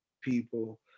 people